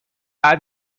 بعد